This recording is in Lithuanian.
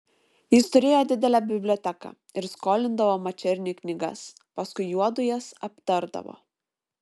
jis turėjo didelę biblioteką ir skolindavo mačerniui knygas paskui juodu jas aptardavo